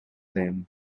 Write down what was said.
them